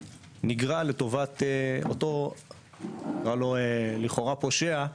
נפרע לטובת אותו נקרא לו לכאורה 'פושע',